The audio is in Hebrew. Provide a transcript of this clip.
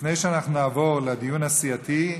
לפני שאנחנו נעבור לדיון הסיעתי,